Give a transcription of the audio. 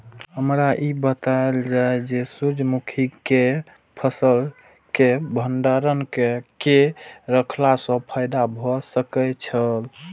हमरा ई बतायल जाए जे सूर्य मुखी केय फसल केय भंडारण केय के रखला सं फायदा भ सकेय छल?